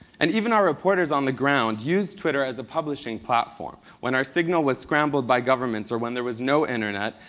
and even our reporters on the ground used twitter as a publishing platform. when our signal was scrambled by governments or when there was no internet,